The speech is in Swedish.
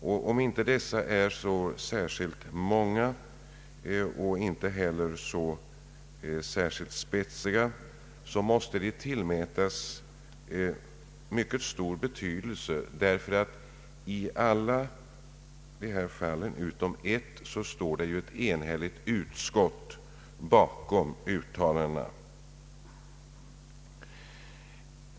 Även om dessa inte är särskilt många och inte heller särskilt spetsiga måste de tillmätas mycket stor betydelse, därför att i alla dessa fall utom i ett står ett enhälligt utskott bakom uttalandena.